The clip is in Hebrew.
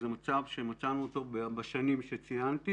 זה מצב שמצאנו אותו בשנים שציינתי